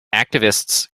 activists